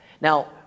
Now